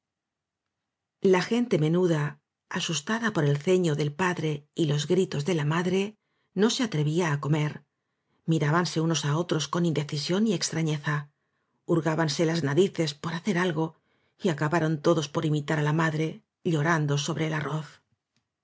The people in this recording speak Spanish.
la gente menuda asustada por el ceño del padre y los gritos de la madre no se atrevía á comer mirábanse unos á otros con indecisión y extrañeza hurgábanse las narices por hacer algo y acabaron todos por imitar á la madre llorando sobre el arroz